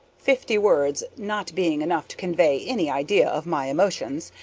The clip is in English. fifty words not being enough to convey any idea of my emotions,